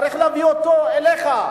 צריך להביא אותו אליך,